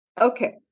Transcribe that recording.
Okay